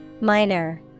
Minor